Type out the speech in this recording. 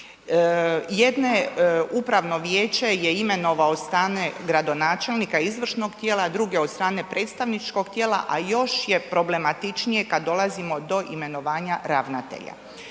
jedno upravno vijeće je imenovano od strane gradonačelnika izvršnog tijela a druge od strane predstavničkog tijela a još je problematičnije do imenovanja ravnatelja.